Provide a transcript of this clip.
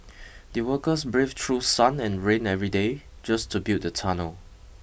the workers braved through sun and rain every day just to build the tunnel